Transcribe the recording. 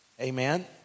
Amen